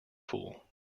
fool